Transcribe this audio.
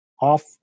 off